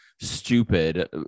stupid